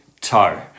toe